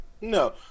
No